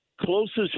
Closest